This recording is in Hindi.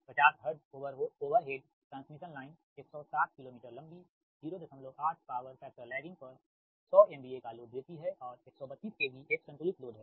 50 hertz overhead transmission line 160 kilometre लंबी 08 पावर फैक्टर लैगिंग पर 100 MVA का लोड देती है और 132 KV एक संतुलित लोड है